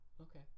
okay